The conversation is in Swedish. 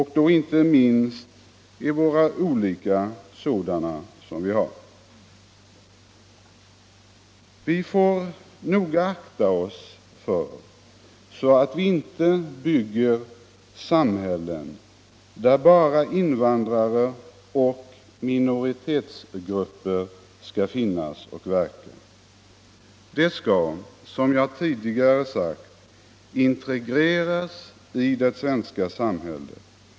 Vi får noga akta oss för att vi inte bygger samhällen där bara invandrare och minoritetsgrupper skall finnas och verka, de skall som jag tidigare sagt integreras i det svenska samhället.